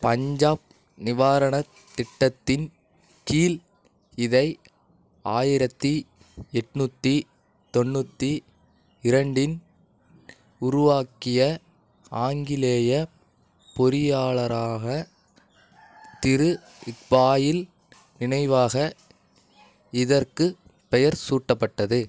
பஞ்சாப் நிவாரணத் திட்டத்தின் கீழ் இதை ஆயிரத்தி எட்நூற்றி தொண்ணூற்றி இரண்டின் உருவாக்கிய ஆங்கிலேயப் பொறியாளராக திரு ஃபாயின் நினைவாக இதற்குப் பெயர் சூட்டப்பட்டது